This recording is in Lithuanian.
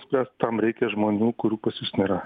spręst tam reikia žmonių kurių pas jus nėra